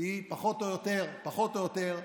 היא פחות או יותר, פחות או יותר,